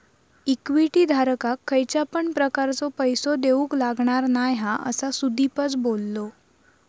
equity धारकाक खयच्या पण प्रकारचो पैसो देऊक लागणार नाय हा, असा सुदीपच बोललो